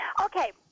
Okay